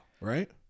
right